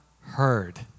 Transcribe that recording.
heard